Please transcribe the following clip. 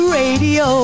radio